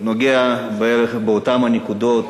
ונוגע בערך באותן הנקודות